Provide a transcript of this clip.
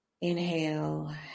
Inhale